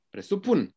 Presupun